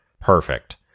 Perfect